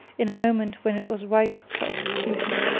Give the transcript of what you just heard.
in a moment when it was ripe for execution.